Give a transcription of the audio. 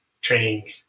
training